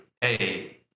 hey